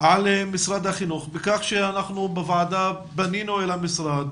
על משרד החינוך בכך שאנחנו בוועדה פנינו אל המשרד,